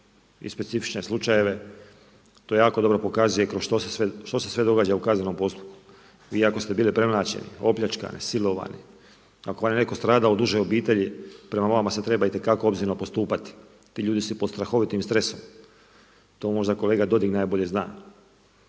i specifične slučajeve, to jako dobro pokazuje što se sve događa u kaznenom postupku. Vi ako ste bili premlaćeni, opljačkani, silovani, ako vam je netko stradao od uže obitelji, prema vama se treba itekako obzirno postupati, ti ljudi su pod strahovitim stresom. To možda kolega Dodig najbolje zna.